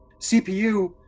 CPU